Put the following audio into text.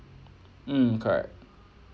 mm correct